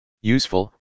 Useful